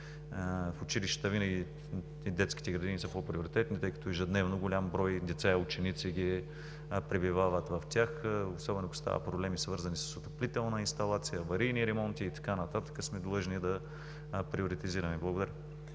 Училищата и детските градини винаги са по-приоритетни, тъй като ежедневно голям брой деца и ученици пребивават в тях, особено ако става въпрос за проблеми, свързани с отоплителна инсталация, аварийни ремонти и така нататък, сме длъжни да приоритизираме. Благодаря.